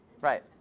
Right